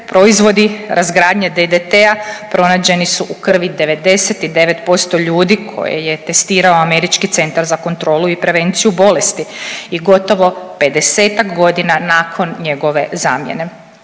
proizvodi razgradnje DDT-a pronađeni su u krvi 99% ljudi koje je testirao Američki centar za kontrolu i prevenciju bolesti i gotovo 50-ak godina nakon njegove zamjene.